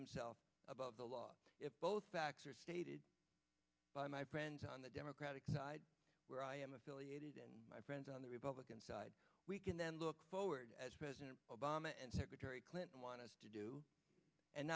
himself above the law if both facts are stated by my friends on the democratic side where i am affiliated and my friends on the republican side we can then look forward as president obama and secretary clinton want us to do and